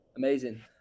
Amazing